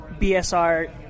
BSR